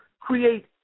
create